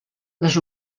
les